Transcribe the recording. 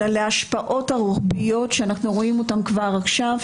אלא להשפעות הרוחביות שאנחנו רואים כבר עכשיו.